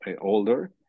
older